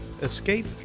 escape